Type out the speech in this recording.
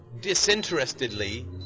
disinterestedly